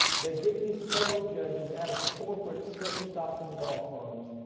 they get these federal judges out of corporate silk stocking law firms.